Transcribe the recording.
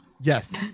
yes